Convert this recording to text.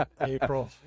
april